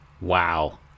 wow